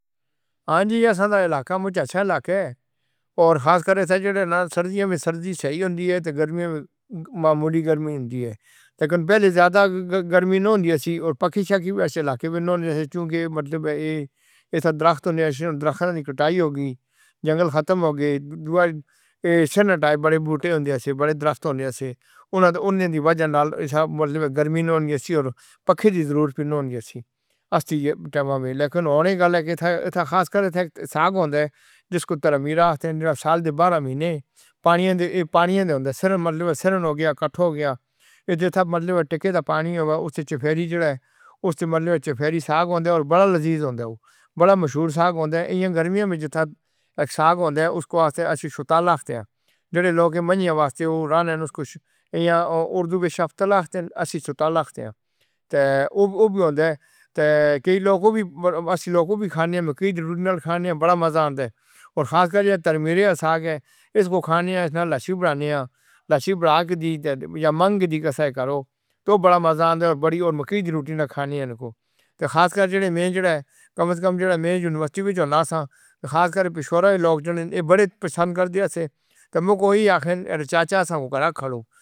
ہاں جی اسساں دا علاقہ مجھ اچھا علاقہ ہے، اور خاص طور کر اتھے جھیڑے نا سردیاں وچ سردیاں صحیح ہوندی ہے تے گرمیاں وچ معمولی گرمی ہوندی ہے۔ لیکن پہلے زیادہ گرمیاں زیادہ نی ہوندی سی، پنکھے شنکھے چلا کے وی نی ہوندے سے چونکے مطلب اے، اے اتھے درخت ہوندے سے، ہن درخت نی کٹائی ہو گیی۔ جنگل ختم ہو گئے۔ دوا اسنٹ آئے بڑے بوٹے ہوندے آ سے بڑے درخت ہوندے آ سے۔ اننا تو، اننا نی وجہ نال محلے وچ گرمی نی ہونئی سی ہور پنکھے دی ضرورت فیر نی ہوندی ایسی۔ لیکن ہون اے گل اے کے اتھے، اتھے خاص کر اتھے ساگ ہوندا اے۔ جسکو تارا میرا آختے ھیں۔ جیڑا سال دے بارہ مہینے پانی دی، پانی دے ہوندا اے۔ سرمللو ہے، سیرن ہو گئیا، کٹھو ہوگیا، اے جیتھے مرلے دا ٹکا ہوا پانی ہو وے اتھے جو فیری جیڑا اے، استو مرلے وچ فیری ساگ ہوندا اے اور بڑا لذیذ ہوندا اے او۔ بڑا مشہور ساگ ہوندا اے، ائیاں گرمیاں وچ اتتھاں اک ساگ ہوندا اے اسکو آخدے آں اسسی شوتال آختے آں۔ جیڑے لوگ اے منجھیں واسطے او را نے نا اس کو شو، ائیاں او، اردو وچ شفطل آخدے، اسسی شوتال آخدے آں۔ تے! او او وی ہوندہ اے، تے! کئی لوگ اسسی لوگ او وی، کھانے آن مکئی دی روٹی نال کھا نیاں، بڑا مزہ آندا اے۔ اور خاص کر اے جیڑا تارا میرا دا ساگ اے، اسکو کھانیاں اس نال لسی بنانیاں، لسی بنا ک دی یا منگدی کسی کے کھروں، تو او بڑا مزہ آندا اے، اور بڑی او مکئی دی روٹی نال کھاندیاں انکو۔ تے خاص کر جیڑا میں جیڑا ہے، کم از کم جیڑا میں یونیورسٹی وچ ہوندا ساں، خاص اے جیڑے شہر نے لوگ جیڑے ہین، اے پسند کردے سے، تے میں کے او ہی آخن عیرہ چاچا اسساں گرا کھا لو۔